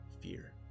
fear